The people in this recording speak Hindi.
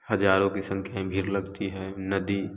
हजारो की संख्या में भीड़ लगती है नदी